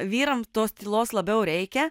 vyram tos tylos labiau reikia